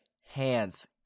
hands